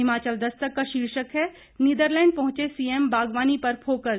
हिमाचल दस्तक का शीर्षक है नीदरलैंड पहुंचे सीएम बागवानी पर फोकस